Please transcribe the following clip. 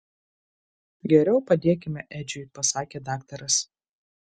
geriau padėkime edžiui pasakė daktaras